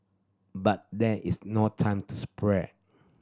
but there is no time to spare